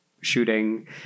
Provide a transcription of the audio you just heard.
shooting